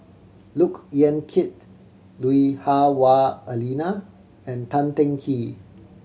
Look Yan Kit Lui Hah Wah Elena and Tan Teng Kee